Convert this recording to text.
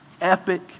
epic